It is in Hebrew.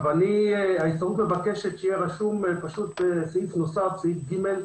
ההסתדרות מבקש שיהיה סעיף נוסף, (ג),